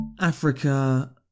Africa